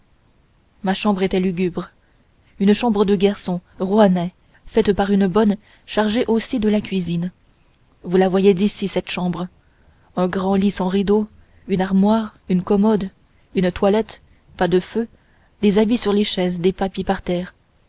ma chambre était lugubre une chambre de garçon rouennais faite par une bonne chargée aussi de la cuisine vous la voyez d'ici cette chambre un grand lit sans rideaux une armoire une commode une toilette pas de feu des habits sur les chaises des papiers par terre